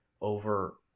over